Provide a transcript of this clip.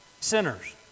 sinners